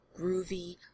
groovy